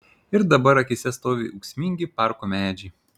ir dabar akyse stovi ūksmingi parko medžiai